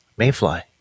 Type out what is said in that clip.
Mayfly